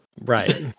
Right